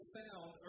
found